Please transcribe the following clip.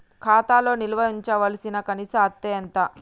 ఖాతా లో నిల్వుంచవలసిన కనీస అత్తే ఎంత?